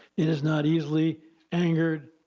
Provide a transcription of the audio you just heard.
it is not easily angered,